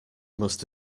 must